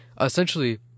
Essentially